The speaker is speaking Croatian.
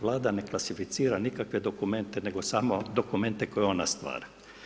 Vlada ne klasificira nikakve dokumente, nego samo dokumente koje ona stvara.